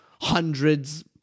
hundreds